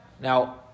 Now